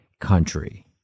country